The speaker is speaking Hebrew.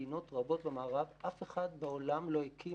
מדינות רבות במערב אף אחד בעולם לא הקים